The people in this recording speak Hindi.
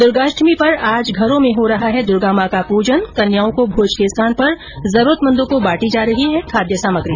दुर्गाष्टमी पर आज घरों में हो रहा है दुर्गा मां का पूजन कन्याओं को भोज के स्थान पर जरूरतमंदों को बांटी जा रही है खाद्य सामग्री